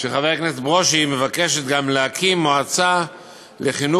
של חבר הכנסת ברושי מבקשת גם להקים מועצה לחינוך